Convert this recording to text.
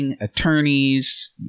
attorneys